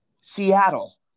Seattle